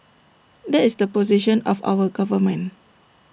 that is the position of our government